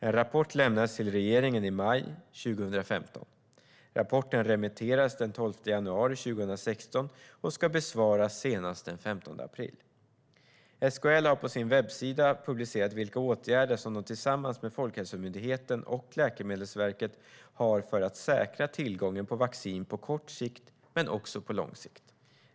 En rapport lämnades till regeringen i maj 2015. Rapporten remitterades den 12 januari 2016 och ska besvaras senast den 15 april. SKL har på sin webbsida publicerat vilka åtgärder som de tillsammans med Folkhälsomyndigheten och Läkemedelsverket har för att säkra tillgången på vaccin på kort sikt men också på lång sikt.